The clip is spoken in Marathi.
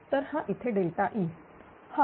तर हा इथेE